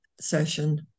session